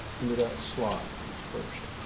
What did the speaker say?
into that slot first.